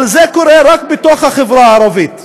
אבל זה קורה רק בתוך החברה הערבית.